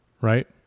right